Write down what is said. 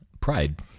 pride